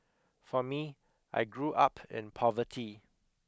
for me I grew up in poverty